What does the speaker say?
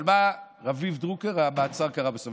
אבל מה, רביב דרוקר, והמעצר קרה בסוף.